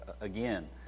again